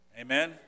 Amen